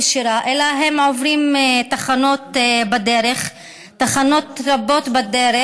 יום באמצעות 50 רכבי ליווי של שירות בתי הסוהר,